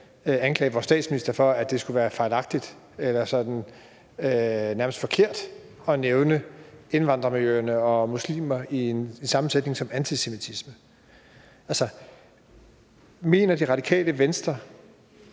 anklage vores statsminister for, at det skulle være fejlagtigt eller nærmest forkert at nævne indvandrermiljøerne og muslimer i samme sætning som antisemitisme. Mener Radikale Venstre,